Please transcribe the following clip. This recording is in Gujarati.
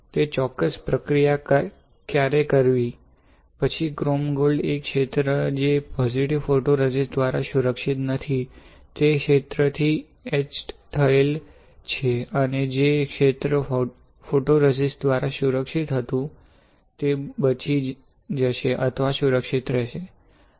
તે ચોક્કસ પ્રક્રિયા ક્યારે કરવી પછી ક્રોમ ગોલ્ડ એ ક્ષેત્ર જે પોજિટિવ ફોટોરેઝિસ્ટ દ્વારા સુરક્ષિત નથી તે ક્ષેત્રથી ઇચ થયેલ છે અને જે ક્ષેત્ર ફોટોરેઝિસ્ટ દ્વારા સુરક્ષિત હતું તે બચી જશે અથવા સુરક્ષિત રહેશે